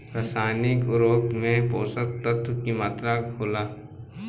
रसायनिक उर्वरक में पोषक तत्व की मात्रा होला?